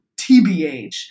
TBH